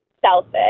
selfish